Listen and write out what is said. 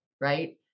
right